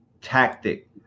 tactic